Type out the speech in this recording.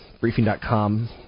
Briefing.com